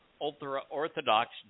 ultra-Orthodox